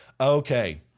Okay